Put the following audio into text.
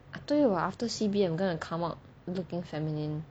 I told you [what] after C_B I'm gonna come out looking feminine